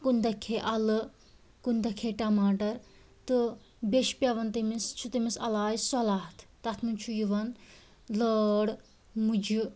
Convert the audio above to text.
کُنہِ دۄہ کھے اَلہٕ کُنہِ دۄہ کھے ٹماٹر تہٕ بیٚیہِ چھِ پٮ۪وَان تٔمِس چھُ تٔمِس علاج سلاد تَتھ منٛز چھُ یِوان لٲر مُجہِ